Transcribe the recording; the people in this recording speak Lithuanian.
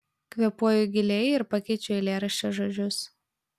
kvėpuoju giliai ir pakeičiu eilėraščio žodžius